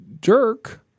jerk